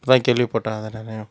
இப்ப தான் கேள்விப்பட்டேன் அதை நான்